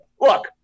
look